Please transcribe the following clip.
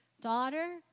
Daughter